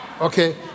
Okay